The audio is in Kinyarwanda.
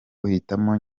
uhitemo